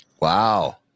Wow